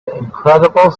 incredible